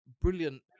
brilliant